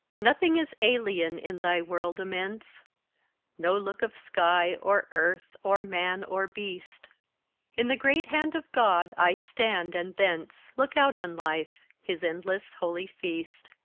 nothing is alien in thy world immense no look of sky or earth or man or beast in the great hand of god i stand, and thence look out on life, his endless, holy feast.